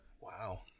wow